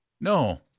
No